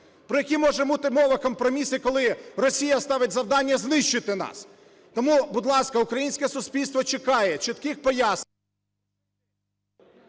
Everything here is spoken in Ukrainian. Про які може бути мова компроміси, коли Росія ставить завдання знищити нас? Тому, будь ласка, українське суспільство чекає чітких пояснень…